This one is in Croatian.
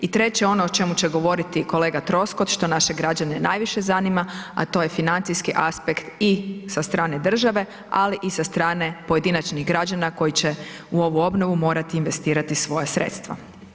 I treće ono o čemu će govoriti kolega Troskot što naše građane najviše zanima, a to je financijski aspekt i sa strane države, ali i sa strane pojedinačnih građana koji će u ovu obnovu morati investirati svoja sredstva.